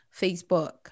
facebook